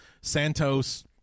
Santos